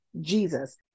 Jesus